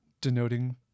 denoting